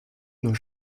nos